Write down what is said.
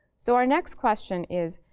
so our next question is,